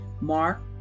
Mark